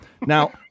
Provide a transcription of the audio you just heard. Now-